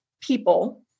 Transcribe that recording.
people